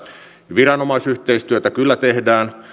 viranomaisyhteistyötä kyllä tehdään